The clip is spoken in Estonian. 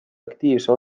aktiivse